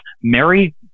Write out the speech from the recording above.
Mary